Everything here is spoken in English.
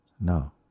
No